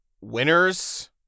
winners